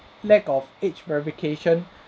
lack of age verification